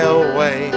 away